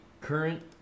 current